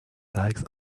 tags